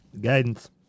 Guidance